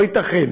לא ייתכן